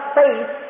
faith